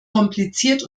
kompliziert